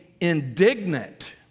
indignant